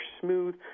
smooth